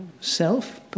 self